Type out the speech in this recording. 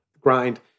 grind